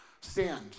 Stand